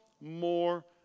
more